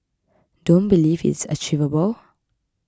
don't believe it's achievable